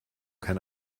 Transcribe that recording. kein